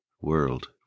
world